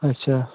अच्छा